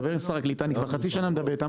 דבר עם שר הקליטה אני כבר חצי שנה מדבר איתם